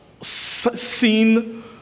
seen